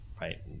right